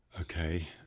Okay